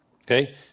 Okay